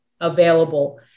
available